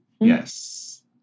Yes